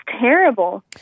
terrible